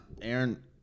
Aaron